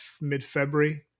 mid-February